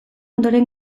ondoren